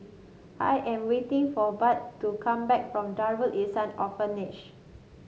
I am waiting for Budd to come back from Darul Ihsan Orphanage